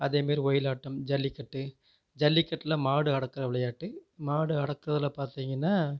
அதேமாதிரி ஒயிலாட்டம் ஜல்லிக்கட்டு ஜல்லிக்கட்டில் மாடு அடக்குகிற விளையாட்டு மாடு அடக்குறதில் பார்த்திங்கனா